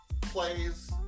plays